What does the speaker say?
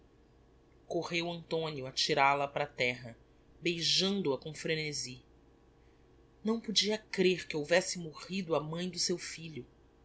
correu antonio a tiral a para a terra beijando-a com frenesi não podia crer que houvesse morrido a mãe do seu filho